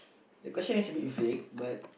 the question is a bit vague but